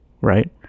right